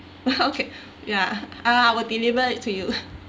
okay ya I I will deliver to you